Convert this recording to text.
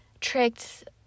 tricked